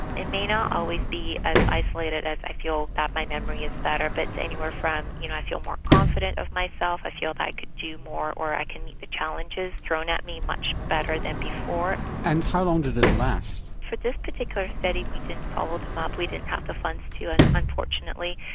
it may not always be as isolated as i feel that my memory is better but anywhere from you know i feel more confident of myself, i feel i could do more, or i can meet the challenges thrown at me much better than before. and how long did it last? for this particular study we didn't follow them up, we didn't have the funds and unfortunately.